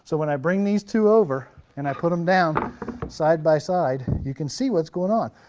so when i bring these two over and i put them down side-by-side, you can see what's going on.